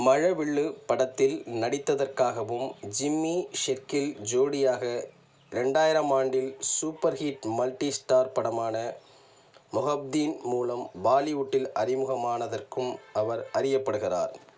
மழவில்லு படத்தில் நடித்ததற்காகவும் ஜிம்மி ஷெர்கில் ஜோடியாக ரெண்டாயிராம் ஆண்டில் சூப்பர் ஹிட் மல்டி ஸ்டார் படமான மொஹப்பதீன் மூலம் பாலிவுட்டில் அறிமுகமானதற்கும் அவர் அறியப்படுகிறார்